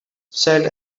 said